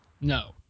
No